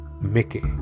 Mickey